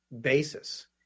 basis